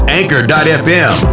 anchor.fm